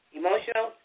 emotional